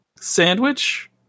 sandwich